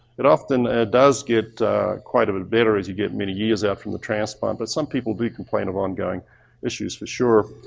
it often does get quite a bit better as you get many years out from the transplant, but some people do complain of ongoing issues for sure.